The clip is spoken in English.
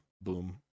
Boom